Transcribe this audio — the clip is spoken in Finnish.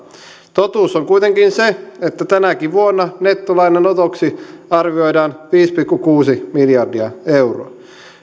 totuus on kuitenkin se että tänäkin vuonna nettolainanotoksi arvioidaan viisi pilkku kuusi miljardia euroa